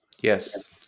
Yes